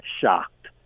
shocked